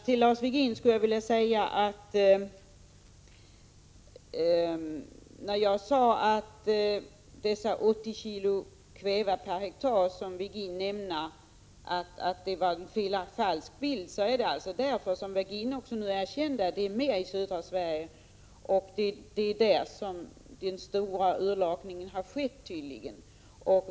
Fru talman! Jag sade att Ivar Virgin med sin uppgift att kväveanvändningen var 80 kg per ha gav en falsk bild. Ivar Virgin erkände nu att användningen var större i södra Sverige, och det är tydligen där som den stora urlakningen har skett.